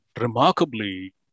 remarkably